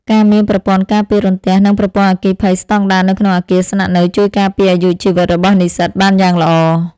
ការមានប្រព័ន្ធការពាររន្ទះនិងប្រព័ន្ធអគ្គិភ័យស្តង់ដារនៅក្នុងអគារស្នាក់នៅ ជួយការពារអាយុជីវិតរបស់និស្សិតបានយ៉ាងល្អ។